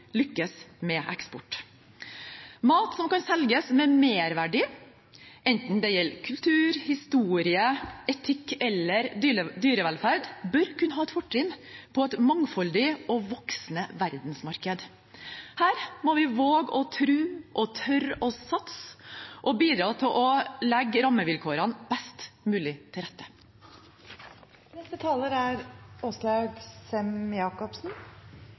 lykkes med eksport. Mat som kan selges med merverdi, enten det gjelder kultur, historie, etikk eller dyrevelferd, bør kunne ha et fortrinn på et mangfoldig og voksende verdensmarked. Her må vi våge å tro og tørre å satse og bidra til å legge rammevilkårene best mulig til